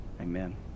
Amen